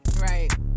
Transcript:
right